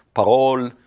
parole,